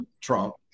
Trump